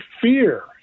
fear